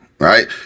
right